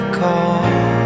call